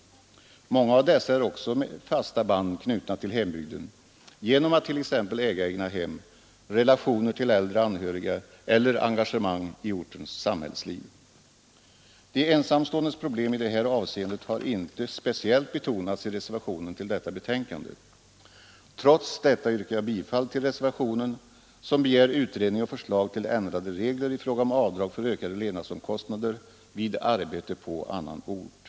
Många av dessa är också med fasta band knutna till hembygden genom att t.ex. äga egnahem, relationer till äldre anhöriga eller engagemang i ortens samhällsliv. De ensamståendes problem i det här avseendet har inte speciellt betonats i reservationen till detta betänkande. Trots detta yrkar jag bifall till reservationen, som begär utredning och förslag till ändrade regler i fråga om avdrag för ökade levnadsomkostnader vid arbete på annan ort.